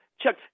Chuck